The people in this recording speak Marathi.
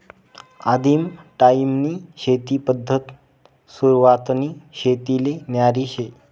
आदिम टायीमनी शेती पद्धत सुरवातनी शेतीले न्यारी शे